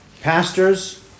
pastors